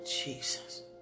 Jesus